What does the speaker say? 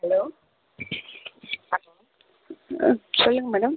hello அக் சொல்லுங்கள் madam